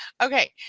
okay.